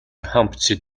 humpty